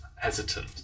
hesitant